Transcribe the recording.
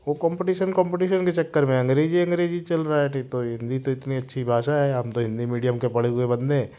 वो competition competition के चक्कर में है अंग्रजी अंग्रजी चल रहा है नहीं तो हिंदी इतनी अच्छी भाषा है हम तो हिंदी मिडियम के पढ़े हुए बंदे है